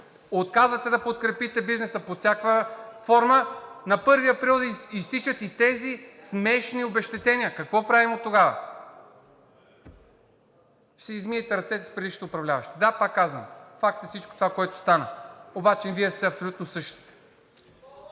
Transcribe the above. отказвате да подкрепите бизнеса под всякаква форма, на 1 април изтичат и тези смешни обезщетения, какво правим тогава? Ще си измиете ръцете с предишните управляващи? Да, пак казвам, факт е всичко това, което стана, обаче Вие сте абсолютно същите.